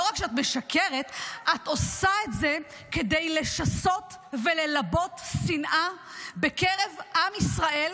את עושה את זה כדי לשסות וללבות שנאה בקרב עם ישראל,